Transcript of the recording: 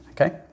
okay